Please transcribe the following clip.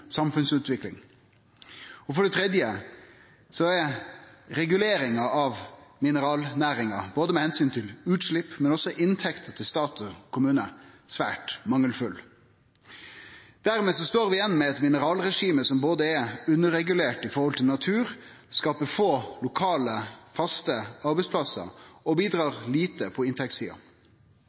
samfunnsutvikling. For det tredje er reguleringa av mineralnæringa, både med omsyn til utslepp og inntekt til stat og kommune, svært mangelfull. Dermed står vi att med eit mineralregime som både er underregulert med omsyn til natur, skapar få lokale, faste arbeidsplassar og bidrar lite på inntektssida.